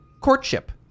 courtship